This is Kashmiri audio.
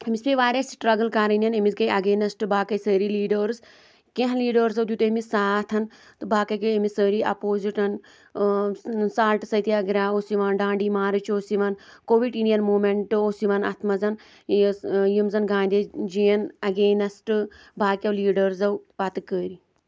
أمِس پے واریاہ سِٹرگٕل کرٕنٮ۪ن أمِس گٔے اگینسٹ باقٕے سٲری لیڈٲرٕس کینٛہہ لیڈٲرزو دِیُت أمِس ساتھن تہٕ باقٕے گٔے أمِس سٲری اپوزِٹن سالٹ ستیاگراہ اوس یِوان ڈانڈی مارٕچ اوس یِوان کوِٹینٮ۪ن موٗمینٹو اوس یِوان اتھ منٛز یہ أسۍ یِم زن گاندھےجی ین اگینسٹ باقیو لیڈٲرزو پتہٕ کٔر